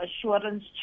assurance